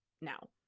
now